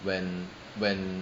when when